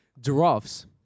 Giraffes